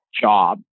job